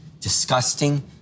disgusting